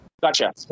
Gotcha